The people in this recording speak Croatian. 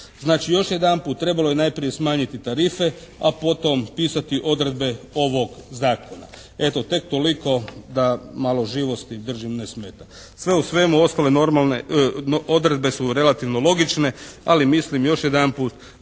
još jedanput, trebalo je najprije smanjiti tarife, a potom pisati odredbe ovog Zakona. Eto, tek toliko da malo živosti držim, ne smeta. Sve u svemu ostale odredbe su relativno logične, ali mislim još jedanput